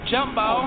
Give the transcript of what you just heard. Jumbo